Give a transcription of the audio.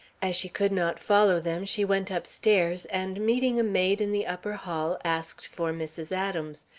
as she could not follow them, she went upstairs, and, meeting a maid in the upper hall, asked for mrs. adams.